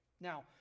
Now